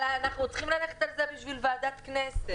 אבל אנחנו צריכים ללכת על זה לוועדת הכנסת.